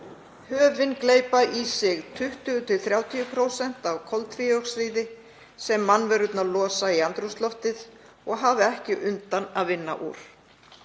„Höfin gleypa í sig 20–30% af koltvíoxíði sem mannverurnar losa í andrúmsloftið og hafa ekki undan að vinna úr.